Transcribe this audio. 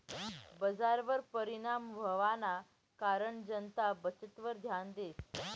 बजारवर परिणाम व्हवाना कारण जनता बचतवर ध्यान देस